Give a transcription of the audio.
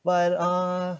but err